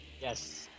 Yes